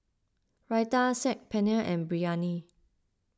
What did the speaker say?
Raita Saag Paneer and Biryani